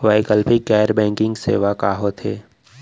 वैकल्पिक गैर बैंकिंग सेवा का होथे?